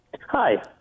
Hi